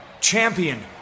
champion